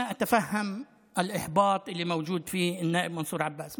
אני מבין את התסכול שחווה חבר הכנסת מנסור עבאס.